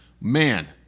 Man